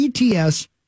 ETS